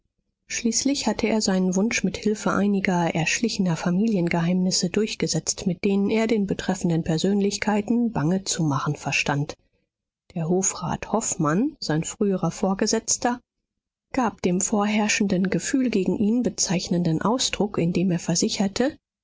schließlich hatte er seinen wunsch mit hilfe einiger erschlichener familiengeheimnisse durchgesetzt mit denen er den betreffenden persönlichkeiten bange zu machen verstand der hofrat hofmann sein früherer vorgesetzter gab dem vorherrschenden gefühl gegen ihn bezeichnenden ausdruck indem er versicherte